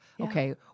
okay